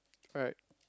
correct